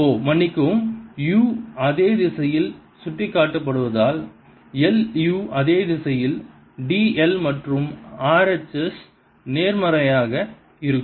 ஓ மன்னிக்கவும் u அதே திசையில் சுட்டிக்காட்டப்படுவதால் l u அதே திசையில் d l மற்றும் r h s நேர்மறையாக இருக்கும்